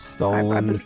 Stolen